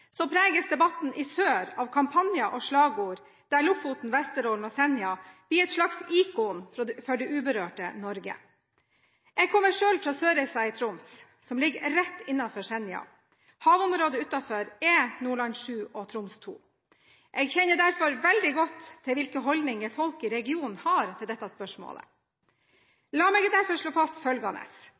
preges debatten i sør av kampanjer og slagord, der Lofoten, Vesterålen og Senja blir et slags ikon for det uberørte Norge. Jeg kommer selv fra Sørreisa i Troms, som ligger rett innenfor Senja. Havområdet utenfor er Nordland VII og Troms II. Jeg kjenner derfor veldig godt til hvilke holdninger folk i regionen har til dette spørsmålet. La meg derfor slå fast følgende: